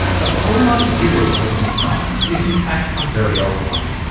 the whole idea of open science is in fact a very old one.